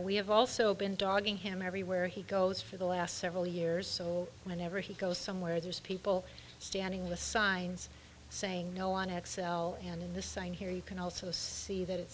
we have also been dogging him everywhere he goes for the last several years so whenever he goes somewhere there's people standing with signs saying no on x l and in the sign here you can also see